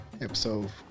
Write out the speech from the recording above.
Episode